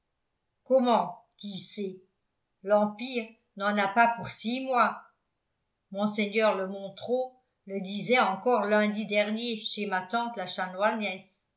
comment qui sait l'empire n'en a pas pour six mois mgr de montereau le disait encore lundi dernier chez ma tante la